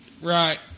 right